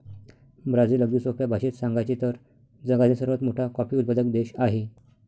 Brazil, अगदी सोप्या भाषेत सांगायचे तर, जगातील सर्वात मोठा कॉफी उत्पादक देश आहे